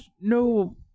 no